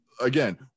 again